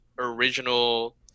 original